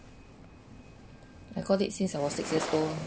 I got it since I was six years old